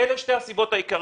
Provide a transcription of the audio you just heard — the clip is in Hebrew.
אלה שתי הסיבות העיקריות.